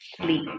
sleep